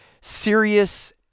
serious